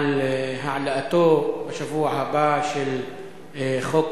על העלאתו של חוק